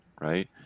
right